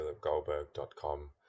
philipgoldberg.com